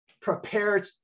prepare